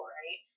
right